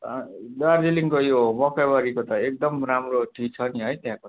अँ दार्जिलिङको यो मकैबारीको त एकदम राम्रो टी छ नि है त्यहाँको